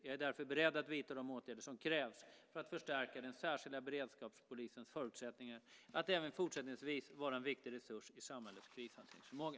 Jag är därför beredd att vidta de åtgärder som krävs för att förstärka den särskilda beredskapspolisens förutsättningar att även fortsättningsvis vara en viktig resurs i samhällets krishanteringsförmåga.